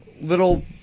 little